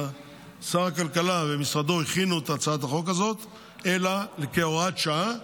שר הכלכלה ומשרדו הכינו את הצעת החוק הזאת כהוראת שעה,